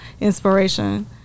inspiration